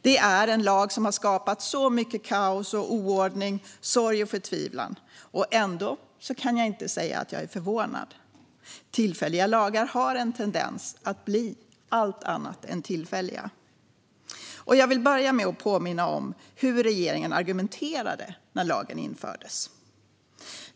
Detta är en lag som har skapat mycket kaos, oordning, sorg och förtvivlan. Ändå kan jag inte säga att jag är förvånad. Tillfälliga lagar har en tendens att bli allt annat än tillfälliga. Jag vill börja med att påminna om hur regeringen argumenterade när lagen infördes.